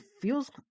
feels